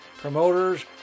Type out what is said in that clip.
promoters